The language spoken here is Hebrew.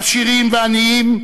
עשירים ועניים,